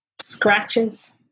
scratches